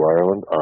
Ireland